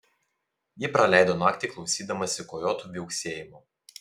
ji praleido naktį klausydamasi kojotų viauksėjimo